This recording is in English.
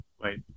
Wait